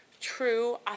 true